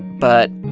but